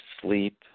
sleep